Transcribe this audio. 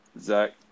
Zach